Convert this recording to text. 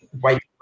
white